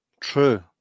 true